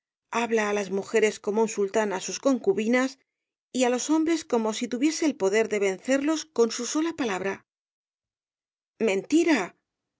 habla á las mujeres como un sultán á sus concubinas y á los hombres como si tuviese el poder de vencerlos con su sola palabra mentira